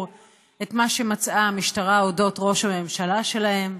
את מה שמצאה המשטרה על אודות ראש הממשלה שלהם,